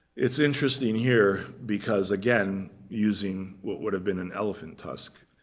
it's interesting here because, again, using what would have been an elephant tusk,